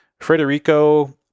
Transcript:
frederico